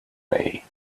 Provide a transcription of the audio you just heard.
day